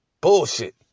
bullshit